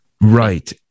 Right